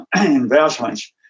investments